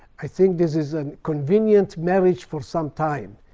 i think this is a convenient marriage for some time.